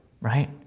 Right